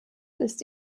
ist